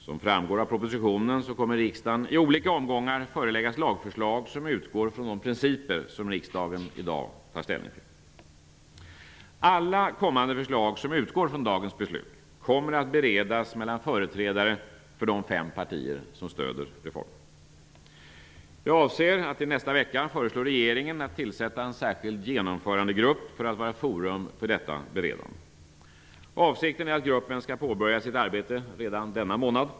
Som framgår av propositionen kommer riksdagen att i olika omgångar föreläggas lagförslag som utgår från de principer som riksdagen i dag tar ställning till. Alla kommande förslag som utgår från dagens beslut kommer att beredas mellan företrädare för de fem partier som stöder reformen. Jag avser att i nästa vecka föreslå regeringen att tillsätta en särskild genomförandegrupp för att vara forum för detta beredande. Avsikten är att gruppen skall påbörja sitt arbete redan denna månad.